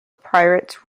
pirates